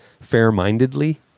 fair-mindedly